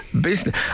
business